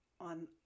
on